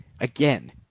Again